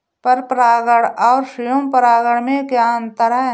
पर परागण और स्वयं परागण में क्या अंतर है?